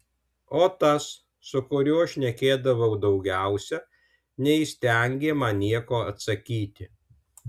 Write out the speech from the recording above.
o tas su kuriuo šnekėdavau daugiausiai neįstengė man nieko atsakyti